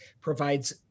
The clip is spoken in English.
provides